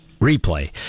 replay